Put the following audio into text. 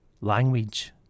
Language